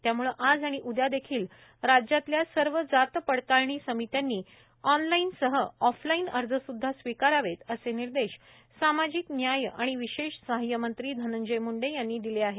त्याम्ळे आज आणि उद्या देखील राज्यातल्या सर्व जात पडताळणी समित्यांनी ऑनलाईनसह ऑफलाईन अर्ज स्द्धा स्वीकारावेतअसे निर्देश सामाजिक न्याय आणि विशेष सहाय्य मंत्री धनंजय मुंडे यांनी दिले आहेत